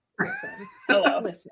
Hello